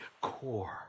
core